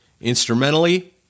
Instrumentally